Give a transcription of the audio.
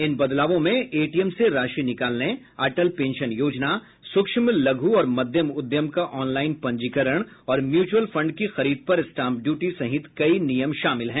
इन बदलावों में एटीएम से राशि निकालने अटल पेंशन योजना सूक्ष्म लघु और मध्यम उद्यम का ऑनलाईन पंजीकरण और म्यूचुअल फंड की खरीद पर स्टाम्प ड्यूटी सहित कई नियम शामिल हैं